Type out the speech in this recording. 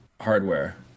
hardware